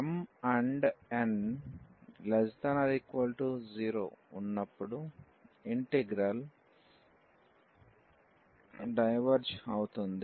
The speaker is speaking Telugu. mn≤0 ఉన్నప్పుడు ఇంటిగ్రల్ డైవెర్జ్ అవుతుంది